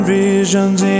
visions